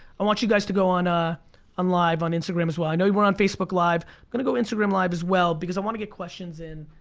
i want you guys to go on ah on live, on instagram as well. i know were on facebook live. i'm gonna go instagram live as well because i want to get questions in.